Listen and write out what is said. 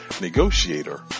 Negotiator